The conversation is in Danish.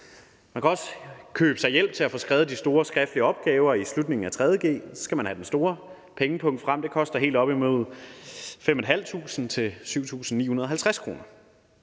Man kan også købe sig hjælp til at få skrevet de store skriftlige opgaver i slutningen af 3.g, og så skal man have den store pengepung frem: Det koster helt op imod 5.500 kr. til 7.950 kr.